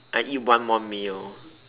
I eat one more meal